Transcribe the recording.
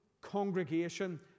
congregation